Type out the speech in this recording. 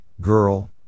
girl